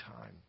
time